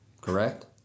correct